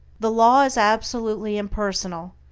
the law is absolutely impersonal,